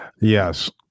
Yes